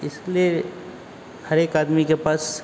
इसलिए हर एक आदमी के पास